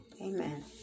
Amen